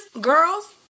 girls